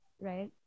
right